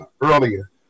earlier